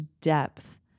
depth